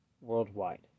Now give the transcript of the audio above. Worldwide